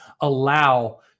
allow